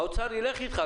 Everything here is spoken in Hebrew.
האוצר ילך איתך,